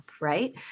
right